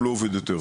הוא לא עובד טוב.